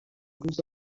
روز